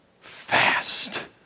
fast